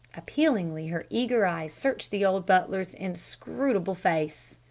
appealingly her eager eyes searched the old butler's inscrutable face.